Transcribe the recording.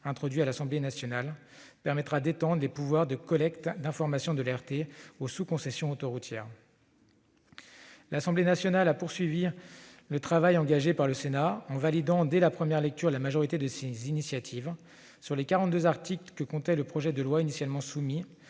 Introduits à l'Assemblée nationale, ils permettront d'étendre les pouvoirs de collecte d'informations de l'ART aux sous-concessions autoroutières. L'Assemblée nationale a poursuivi le travail engagé par le Sénat, en validant, dès la première lecture, la majorité de ses initiatives ; sur les 42 articles que comptait le projet de loi initialement soumis